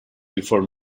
before